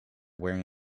wearing